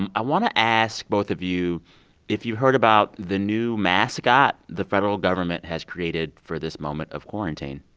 and i want to ask both of you if you've heard about the new mascot the federal government has created for this moment of quarantine.